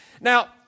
Now